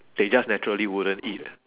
they just naturally wouldn't eat